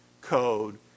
code